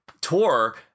tour